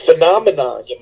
Phenomenon